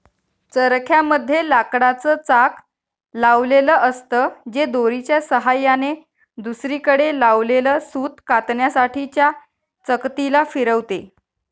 चरख्या मध्ये लाकडाच चाक लावलेल असत, जे दोरीच्या सहाय्याने दुसरीकडे लावलेल सूत कातण्यासाठी च्या चकती ला फिरवते